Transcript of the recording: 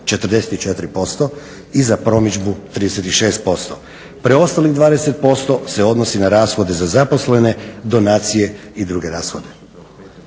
44% i za promidžbu 36%, preostalih 20% se odnosi na rashode za zaposlene, donacije i druge rashode.